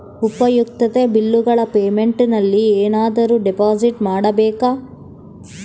ಉಪಯುಕ್ತತೆ ಬಿಲ್ಲುಗಳ ಪೇಮೆಂಟ್ ನಲ್ಲಿ ಏನಾದರೂ ಡಿಪಾಸಿಟ್ ಮಾಡಬೇಕಾ?